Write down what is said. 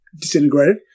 disintegrated